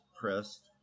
pressed